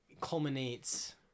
culminates